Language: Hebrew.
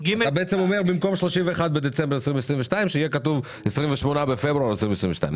אתה אומר במקום 31 בדצמבר 2022 שיהיה כתוב 28 בפברואר 2023,